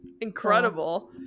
Incredible